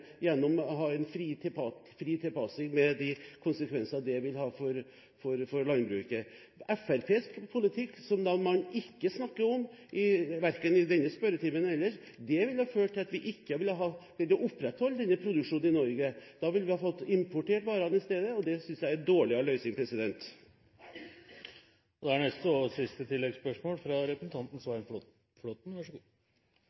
gjennom å ha en fri tilpasning, med de konsekvensene det vil ha for landbruket. Fremskrittspartiets politikk, som man ikke snakker om, verken i denne spørretimen eller ellers, ville ha ført til at vi ikke ville ha greid å opprettholde denne produksjonen i Norge. Da ville vi ha fått importert varene i stedet, og det synes jeg er en dårligere løsning. Svein Flåtten – til oppfølgingsspørsmål. Det er